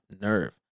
nerve